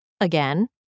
again